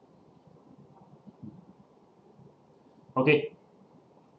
okay